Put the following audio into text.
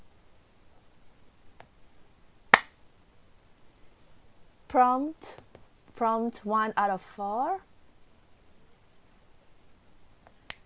prompt prompt one out of four